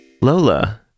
Lola